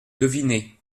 deviné